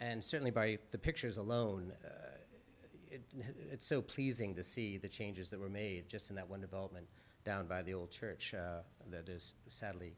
and certainly by the pictures alone it's so pleasing to see the changes that were made just in that one development down by the old church that is sadly